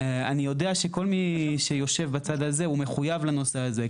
אני יודע שכל מי שיושב בצד הזה הוא מחויב לנושא הזה.